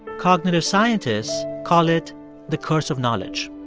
cognitive scientists call it the curse of knowledge